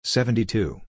Seventy-two